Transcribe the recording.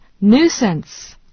nuisance